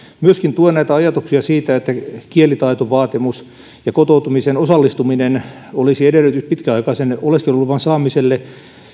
myöskin tuen ajatuksia siitä että kielitaitovaatimus ja kotoutumiseen osallistuminen olisivat edellytys pitkäaikaisen oleskeluluvan saamiselle